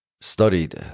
studied